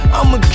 I'ma